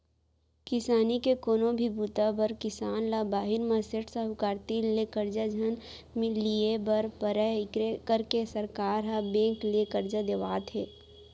किसानी के कोनो भी बूता बर किसान ल बाहिर म सेठ, साहूकार तीर ले करजा झन लिये बर परय कइके सरकार ह बेंक ले करजा देवात हे